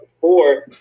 four